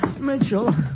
Mitchell